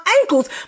ankles